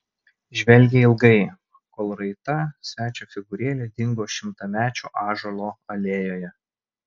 žvelgė ilgai kol raita svečio figūrėlė dingo šimtamečių ąžuolų alėjoje